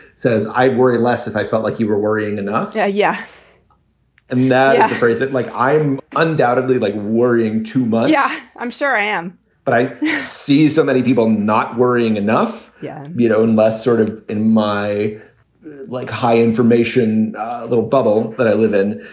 says, i worry less if i felt like you were worrying enough yeah. yeah and that yeah phrase it like i'm undoubtedly, like, worrying too much. yeah, i'm sorry, i am but i see so many people not worrying enough. yeah. you know, and just sort of in my like high information little bubble that i live in,